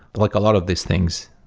like a lot of these things.